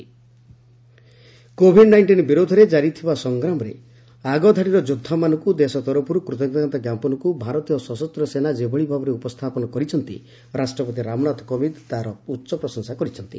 president VC PM COVID nineteen ବିରୋଧରେ ଜାରିଥିବା ସଂଗ୍ରାମରେ ଆଗଧାଡ଼ିର ଯୋଦ୍ଧାମାନଙ୍କୁ ଦେଶ ତରଫରୁ କୃତଜ୍ଞତା ଜ୍ଞାପନକୁ ଭାରତୀୟ ସଶସ୍ତ ସେନା ଯେଭଳି ଭାବରେ ଉପସ୍ଥାପନ କରିଛନ୍ତି ରାଷ୍ଟ୍ରପତି ରାମନାଥ କୋବିନ୍ଦ ତାହାର ଉଚ୍ଚ ପ୍ରଶଂସା କରିଛନ୍ତି